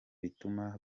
bituma